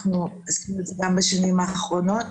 אנחנו עשינו את זה בשנים האחרונות.